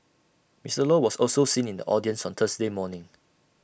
Mister law was also seen in the audience on Thursday morning